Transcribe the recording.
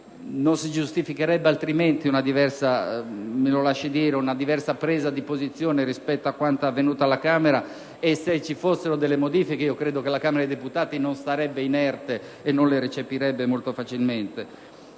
Non si giustificherebbe altrimenti - me lo lasci dire - una diversa presa di posizione rispetto a quanto è avvenuto alla Camera. Se fossero apportate delle modifiche, credo che la Camera dei deputati non starebbe inerte e non le recepirebbe molto facilmente.